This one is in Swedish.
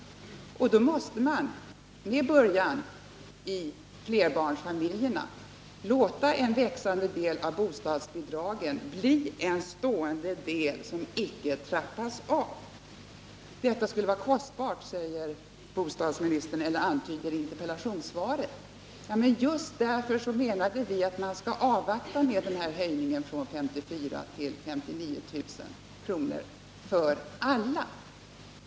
Då måste man med början i flerbarnsfamiljerna låta en växande del av bostadsbidragen bli en stående del som icke trappas av. Detta skulle vara kostbart, antyder bostadsministern i interpellationssvaret. Just därför menar vi att man skall vänta med höjningen från 54 000 till 59 000 kr. för alla.